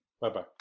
Bye-bye